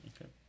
okay